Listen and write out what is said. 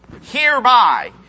hereby